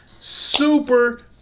Super